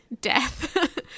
death